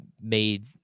made